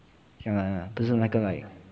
ya lah ya lah 不是那个 like